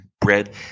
bread